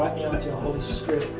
holy spirit